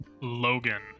Logan